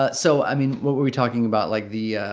but so i mean what were we talking about? like the ah